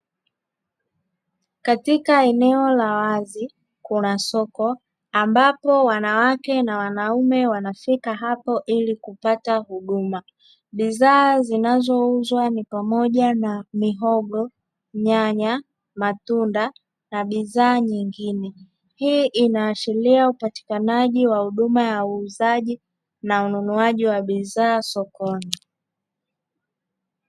Katika eneo la wazi kuna soko ambapo wanawake na wanaume wanaofika hapo ili kupata huduma, bidhaa zinazouzwa ni pamoja na: mihogo, nyanya, matunda na bidhaa nyingine. Hii inaashiria upatikanaji wa huduma ya uuzaji na ununuaji wa bidhaa sokoni.